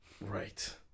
right